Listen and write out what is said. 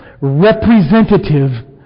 representative